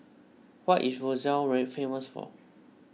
what is Roseau famous for